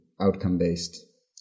outcome-based